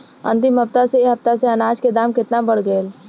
अंतिम हफ्ता से ए हफ्ता मे अनाज के दाम केतना बढ़ गएल?